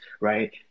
right